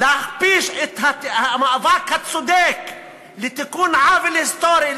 להכפיש את המאבק הצודק לתיקון עוול היסטורי,